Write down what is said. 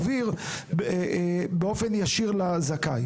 באופן ישיר לזכאי?